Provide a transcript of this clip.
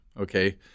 okay